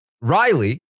Riley